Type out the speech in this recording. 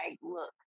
look